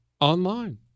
online